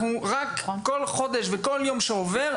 אנחנו כל חודש וכל יום שעובר,